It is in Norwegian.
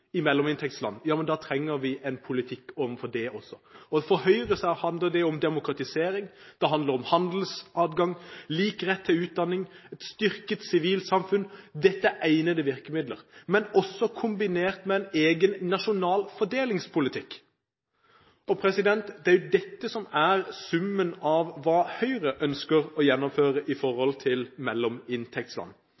i mellominntektsland, trenger vi en politikk for det også. For Høyre handler det om demokratisering, det handler om handelsadgang, lik rett til utdanning og et styrket sivilsamfunn. Dette er egnede virkemidler, men også kombinert med en egen nasjonal fordelingspolitikk. Det er jo dette som er summen av hva Høyre ønsker å gjennomføre i